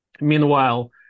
meanwhile